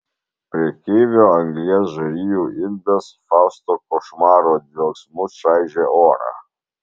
prekeivio anglies žarijų indas fausto košmaro dvelksmu čaižė orą